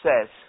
says